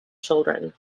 children